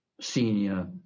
senior